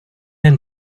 jen